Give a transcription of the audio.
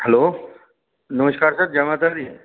hello नमस्कार sir जै माता दी